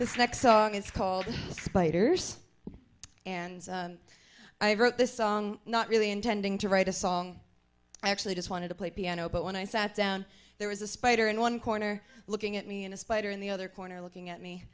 this next song is called spiders and i wrote this song not really intending to write a song i actually just wanted to play piano but when i sat down there was a spider in one corner looking at me and a spider in the other corner looking at me